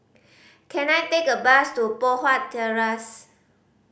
can I take a bus to Poh Huat Terrace